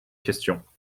questions